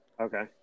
Okay